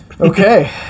okay